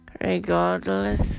Regardless